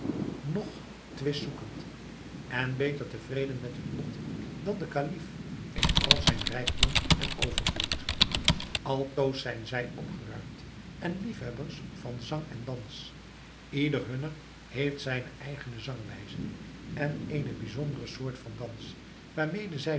noch twistzoekend en beter tevreden met hun lot dan de kalif in al zijn rijkdom en overvloed altoos zijn zij opgeruimd en liefhebbers van zang en dans ieder hunner heeft zijne eigene zangwijze en eene bijzondere soort van dans waarmede zij